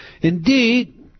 Indeed